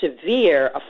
Severe